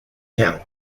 count